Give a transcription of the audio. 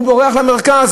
הוא בורח למרכז,